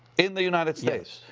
in the united states.